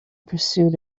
pursuit